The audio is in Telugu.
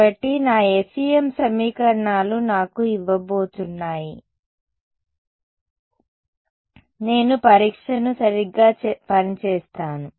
కాబట్టి నా FEM సమీకరణాలు నాకు ఇవ్వబోతున్నాయి నేను పరీక్షను సరిగ్గా పనిచేస్తాను